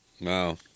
Wow